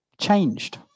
changed